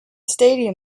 stadium